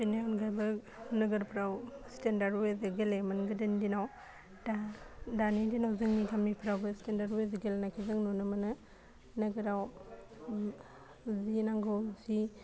बेनि अनगायैबो नोगोरफ्राव स्टेण्डार बायदि गेलेयोमोन गोदोनि दिनाव दा दानि दिनाव जोंनि गामिफ्रावबो स्टेण्डार बायदि गेलेनायखौ जों नुनो मोनो नोगोराव उम जि नांगौ जि